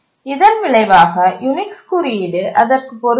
இதன் விளைவாக யூனிக்ஸ் குறியீடு அதற்கு பொருந்தாது